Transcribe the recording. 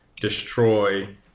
destroy